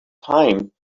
time